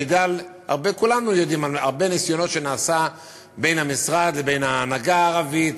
הרי כולנו יודעים על הרבה ניסיונות שנעשו בין המשרד לבין ההנהגה הערבית